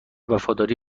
وفاداری